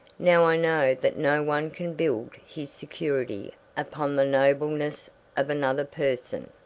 now i know that no one can build his security upon the nobleness of another person.